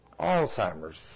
Alzheimer's